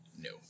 No